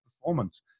performance